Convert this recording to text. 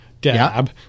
dab